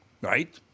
Right